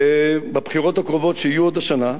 בבחירות הקרובות, שיהיו עוד השנה,